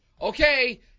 okay